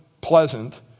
pleasant